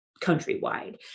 countrywide